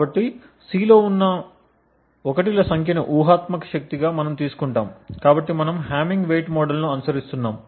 కాబట్టి C లో ఉన్న 1 ల సంఖ్యని ఊహాత్మక శక్తిగా మనము తీసుకుంటాము కాబట్టి మనము హామింగ్ వెయిట్ మోడల్ ను అనుసరిస్తున్నాము